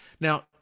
Now